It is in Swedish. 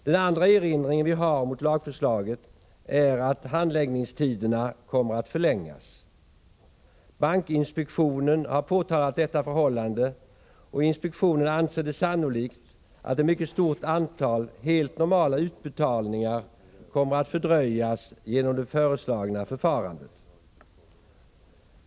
Den andra erinringen vi har mot lagförslaget är att handläggningstiderna kommer att förlängas. Bankinspektionen har påtalat detta förhållande, och inspektionen anser det sannolikt att ett mycket stort antal helt normala utbetalningar kommer att fördröjas genom det föreslagna förfarandet.